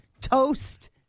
toast